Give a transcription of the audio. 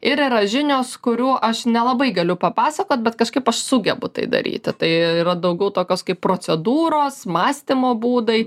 ir yra žinios kurių aš nelabai galiu papasakot bet kažkaip aš sugebu tai daryti tai yra daugiau tokios kaip procedūros mąstymo būdai